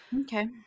Okay